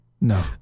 No